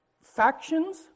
factions